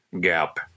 gap